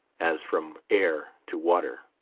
as from air to water.